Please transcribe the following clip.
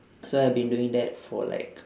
so I've been doing that for like